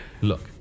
Look